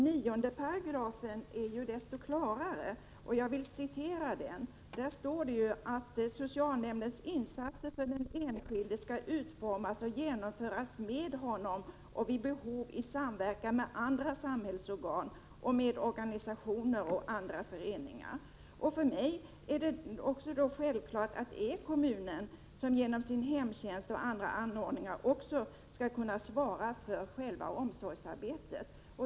9 § är desto klarare: ”Socialnämndens insatser för den enskilde skall utformas och genomföras tillsammans med honom och vid behov i samverkan med andra samhällsorgan och med organisationer och andra föreningar.” För mig är det självklart att kommunen genom sin hemtjänst och andra anordningar också skall kunna svara för själva omsorgsarbetet.